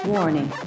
Warning